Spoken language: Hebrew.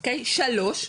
שלוש,